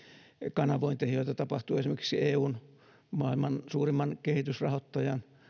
kanavointeihin joita tapahtuu esimerkiksi eun maailman suurimman kehitysrahoittajan